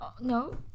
no